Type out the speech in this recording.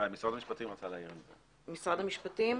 משרד המשפטים